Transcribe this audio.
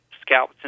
scalp